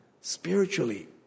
Spiritually